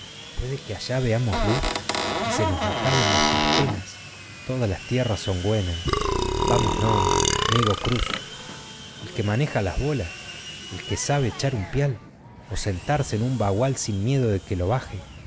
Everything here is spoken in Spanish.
puede que allá veamos luz y se acaben nuestras penas todas las tierras son güenas vamonós amigo cruz el que maneja las bolas el que sabe echar un pial y sentársele a un bagual sin miedo de que lo baje